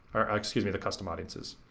or, excuse me, the custom audiences.